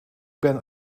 ben